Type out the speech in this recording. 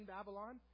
Babylon